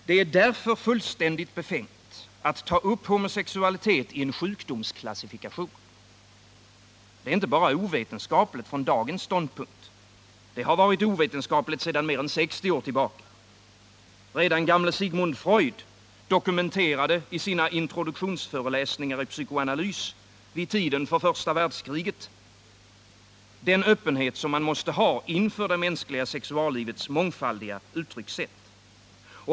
Det är därför fullständigt befängt att ta upp homosexualitet i en sjukdomsklassifikation. Det är inte bara ovetenskapligt från dagens vetenskapliga ståndpunkt. Det har varit ovetenskapligt sedan mer än 60 år tillbaka. Redan gamle Sigmund Freud dokumenterade i sina introduktionsföreläsningar i psykoanalys vid tiden för första världskriget den öppenhet man måste ha inför det mänskliga sexuallivets mångfaldiga uttryckssätt.